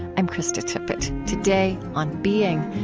i'm krista tippett. today, on being,